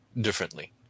differently